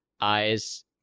eyes